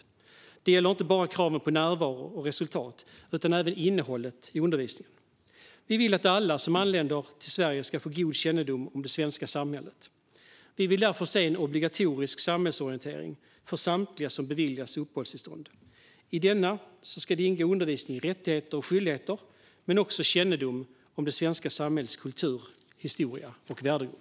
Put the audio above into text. Detta gäller inte bara kraven på närvaro och resultat utan även innehållet i undervisningen. Vi vill att alla som anländer till Sverige ska få god kännedom om det svenska samhället. Vi vill därför se en obligatorisk samhällsorientering för samtliga som beviljas uppehållstillstånd. I denna ska det ingå undervisning i rättigheter och skyldigheter men också undervisning som ger kännedom om det svenska samhällets kultur, historia och värdegrund.